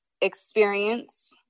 experience